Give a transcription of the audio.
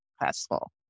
successful